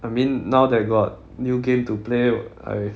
I mean now that got new game to play I